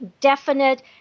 definite